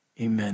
Amen